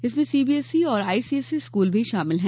इनमें सीबीएसई और ICSE school भी शामिल है